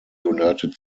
united